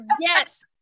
Yes